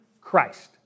Christ